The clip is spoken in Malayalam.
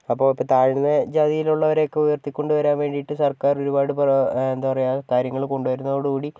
അപ്പോൾ ഇപ്പം താഴ്ന്ന ജാതിയിലുള്ളവരെയൊക്കെ ഉയർത്തി കൊണ്ടുവരാൻ വേണ്ടീട്ട് സർക്കാർ ഒരുപാട് പ്ര എന്താ പറയാ കാര്യങ്ങൾ കൊണ്ടുവരുന്നതോടുകൂടി